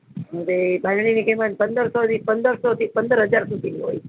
હવે બાંધણીની કિમત પંદરસોથી પંદરસોથી પંદર હજાર સુધીની હોય